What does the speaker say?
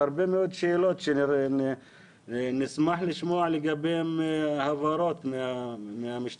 יש הרבה מאוד שאלות שנשמח לשמוע לגביהן הבהרות מהמשתתפים.